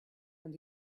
and